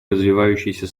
развивающиеся